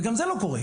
וגם זה לא קורה.